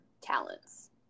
talents